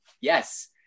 Yes